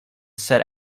set